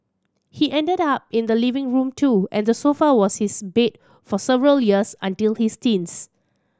he ended up in the living room too and the sofa was his bed for several years until his teens